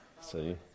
see